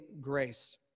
grace